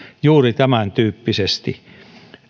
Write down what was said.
juuri tämäntyyppisesti